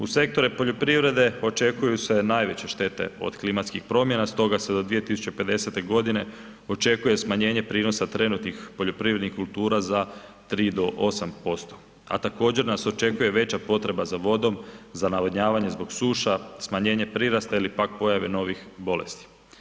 U sektore poljoprivrede očekuju se najveće štete od klimatskih promjena stoga se do 2050.-te godine očekuje smanjenje prinosa trenutnih poljoprivrednih kultura za 3 do 8%, a također nas očekuje veća potreba za vodom, za navodnjavanje zbog suša, smanjenje prirasta ili pak pojave novih bolesti.